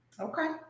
Okay